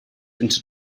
until